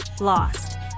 lost